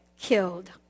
killed